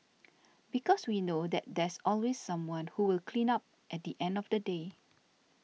because we know that there's always someone who will clean up at the end of the day